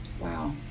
Wow